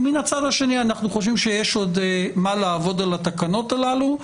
ומן הצד השני אנחנו חושבים שיש עוד מה לעבוד על התקנות הללו,